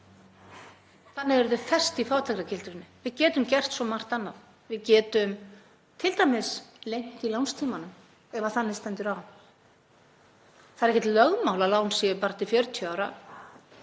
Þannig eru þau fest í fátæktargildrunni. Við getum gert svo margt annað. Við getum t.d. lengt í lánstímanum ef þannig stendur á. Það er ekkert lögmál að lán séu bara til 40 ára